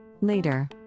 Later